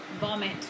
vomit